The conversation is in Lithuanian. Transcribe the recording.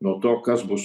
nuo to kas bus